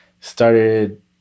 started